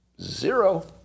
Zero